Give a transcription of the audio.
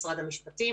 משרד המשפטים,